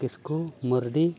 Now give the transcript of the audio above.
Kisku Mardi